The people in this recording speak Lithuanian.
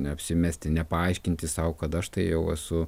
neapsimesti nepaaiškinti sau kad aš tai jau esu